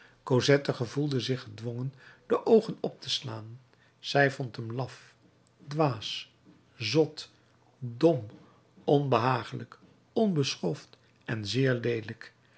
cosette gevoelde zich gedwongen de oogen op te slaan zij vond hem laf dwaas zot dom onbehagelijk onbeschoft en zeer